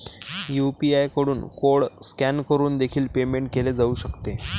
UPI कडून code scan करून देखील पेमेंट केले जाऊ शकते